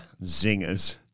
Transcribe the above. Zingers